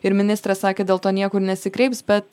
ir ministrė sakė dėl to niekur nesikreips bet